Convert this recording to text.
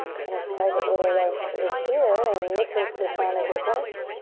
um kind of private little love cave here and listen to the sound of your breath.